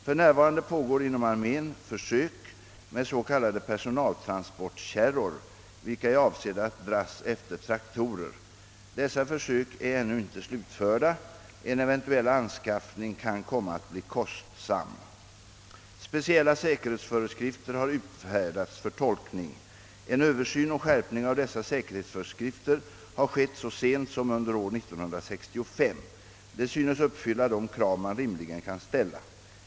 F.n. pågår inom armén försök med s.k. personaltransportkärror, vilka är avsedda att dras efter traktorer. Dessa försök är ännu icke slutförda. En eventuell anskaffning kan komma att bli kostsam. Speciella säkerhetsföreskrifter har utfärdats för tolkning. En översyn och skärpning av dessa säkerhetsföreskrifter har skett så sent som under år 1965. De synes uppfylla de krav man rimligen kan ställa.